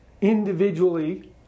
individually